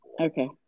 okay